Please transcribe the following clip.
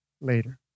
later